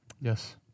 Yes